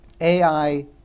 AI